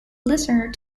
listener